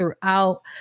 throughout